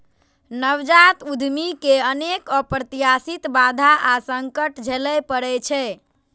नवजात उद्यमी कें अनेक अप्रत्याशित बाधा आ संकट झेलय पड़ै छै